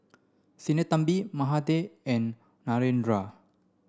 Sinnathamby Mahade and Narendra